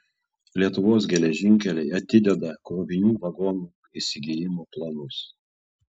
lietuvos geležinkeliai atideda krovinių vagonų įsigijimo planus